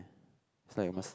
is like a must